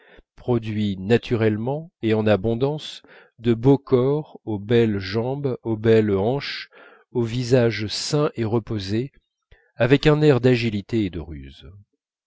produit naturellement et en abondance de beaux corps aux belles jambes aux belles hanches aux visages sains et reposés avec un air d'agilité et de ruse